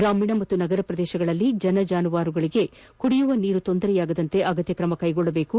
ಗ್ರಾಮೀಣ ಮತ್ತು ನಗರ ಪ್ರದೇಶಗಳಲ್ಲಿ ಜನ ಜಾನುವಾರುಗಳಿಗೆ ಕುಡಿಯುವ ನೀರಿಗೆ ತೊಂದರೆಯಾಗದಂತೆ ಅಗತ್ನ ಕ್ರಮ ಕೈಗೊಳ್ಳಬೇಕು